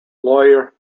lawyer